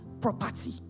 property